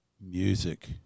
music